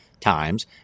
times